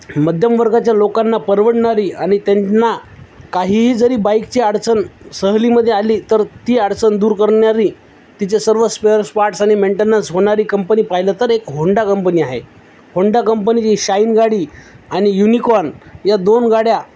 मध्यमवर्गाच्या लोकांना परवडणारी आणि त्यांना काहीही जरी बाईकची अडचण सहलीमध्ये आली तर ती अडचण दूर करणारी तिचे सर्व स्पेअर स्पार्ट्स आणि मेंटेन्स होणे कंपनी पाहिलं तर एक होंडा कंपनी आहे होंडा कंपनीची शाईन गाडी आणि युनिकॉन या दोन गाड्या